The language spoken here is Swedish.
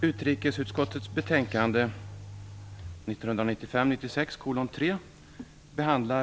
Herr talman!